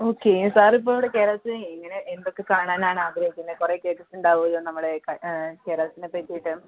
okay സാറിപ്പോവിടെ കേരളത്തിൽ ഇങ്ങനെ എന്തൊക്കെ കാണാനാണ് ആഗ്രഹിക്കുന്നത് കുറെ കേട്ടിട്ടുണ്ടാവോല്ലോ നമ്മുടെ കേരളത്തിനേപ്പറ്റീട്ട്